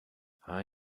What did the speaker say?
are